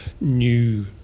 new